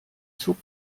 zog